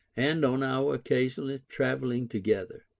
and on our occasionally travelling together,